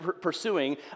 pursuing